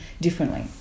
differently